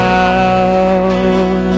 out